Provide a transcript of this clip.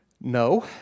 No